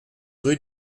rue